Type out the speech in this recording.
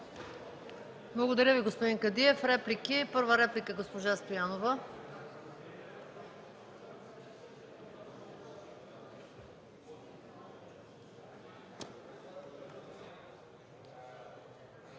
Благодаря Ви, господин Кадиев. Реплики? Първа реплика – госпожа Стоянова.